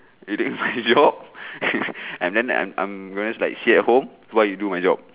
you doing my job and then I'm I'm embarrassed like seat at home while you do my job